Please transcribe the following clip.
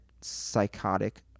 psychotic